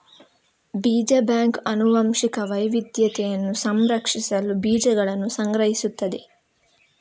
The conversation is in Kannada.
ಬೀಜ ಬ್ಯಾಂಕ್ ಆನುವಂಶಿಕ ವೈವಿಧ್ಯತೆಯನ್ನು ಸಂರಕ್ಷಿಸಲು ಬೀಜಗಳನ್ನು ಸಂಗ್ರಹಿಸುತ್ತದೆ